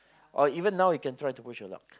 or even now you can try to push your luck